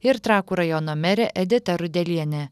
ir trakų rajono merė edita rudelienė